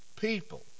people